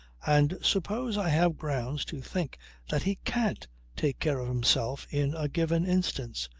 and suppose i have grounds to think that he can't take care of himself in a given instance.